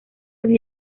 sus